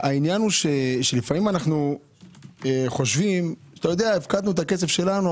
העניין הוא שלפעמים אנו חושבים הפקדנו את הכסף שלנו,